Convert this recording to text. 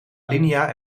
alinea